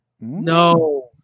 No